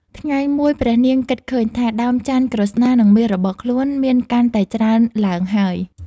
ថ្ងៃមួយព្រះនាងគិតឃើញថា ដើមចន្ទន៍ក្រស្នា និង មាសរបស់ខ្លួនមានកាន់តែច្រើនឡើងហើយ ។